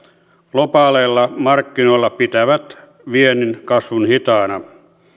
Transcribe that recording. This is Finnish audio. globaaleilla markkinoilla pitävät viennin kasvun hitaana